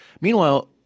Meanwhile